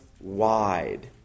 wide